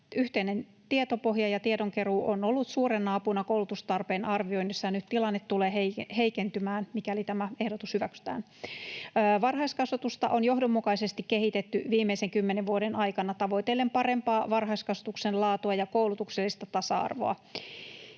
Yhteinen tietopohja ja tiedonkeruu on ollut suurena apuna koulutustarpeen arvioinnissa, ja nyt tilanne tulee heikentymään, mikäli tämä ehdotus hyväksytään. Varhaiskasvatusta on johdonmukaisesti kehitetty viimeisen kymmenen vuoden aikana tavoitellen parempaa varhaiskasvatuksen laatua ja koulutuksellista tasa-arvoa.